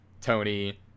tony